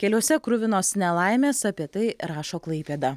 keliuose kruvinos nelaimės apie tai rašo klaipėda